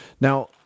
Now